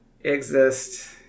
exist